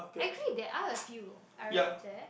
actually they are a few aren't they